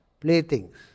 playthings